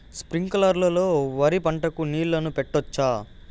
స్ప్రింక్లర్లు లో వరి పంటకు నీళ్ళని పెట్టొచ్చా?